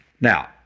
Now